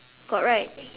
got right